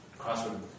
crossword